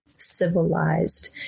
civilized